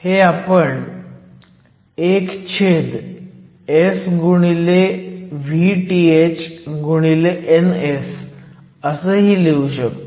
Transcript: हे आपण 1S VthNs असंही लिहू शकतो